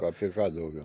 apie ką daugiau